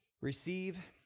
receive